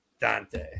Dante